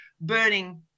burning